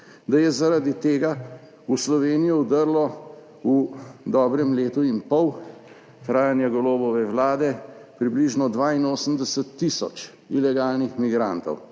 Da je zaradi tega v Slovenijo vdrlo v dobrem letu in pol trajanje Golobove vlade približno 82 tisoč ilegalnih migrantov,